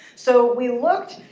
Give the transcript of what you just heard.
so we looked,